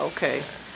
Okay